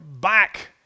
back